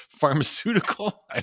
pharmaceutical